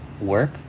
work